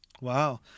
wow